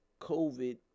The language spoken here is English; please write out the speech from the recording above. COVID